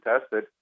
tested